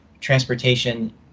transportation